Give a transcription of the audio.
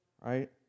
Right